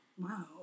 Wow